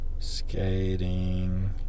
Skating